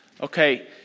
Okay